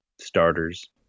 starters